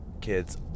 kids